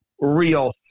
real